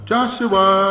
Joshua